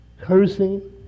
cursing